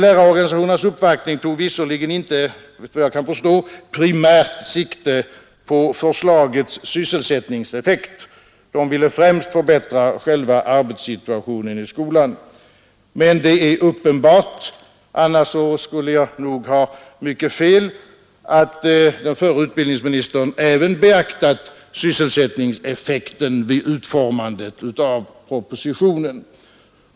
Lärarorganisationernas uppvaktning tog såvitt jag förstår visserligen inte primärt sikte på förslagets sysselsättningseffekter — man ville främst förbättra själva arbetssituationen i skolan — men det är uppenbart att den förre utbildningsministern även beaktade sysselsättningseffekten vid utformandet av propositionen; annars skulle jag ha mycket fel.